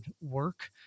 work